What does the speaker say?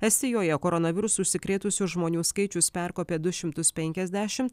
estijoje koronavirusu užsikrėtusių žmonių skaičius perkopė du šimtus penkiasdešimt